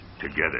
together